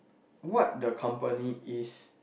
what the company is